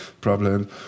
problem